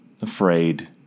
afraid